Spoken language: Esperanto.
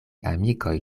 amikoj